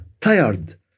tired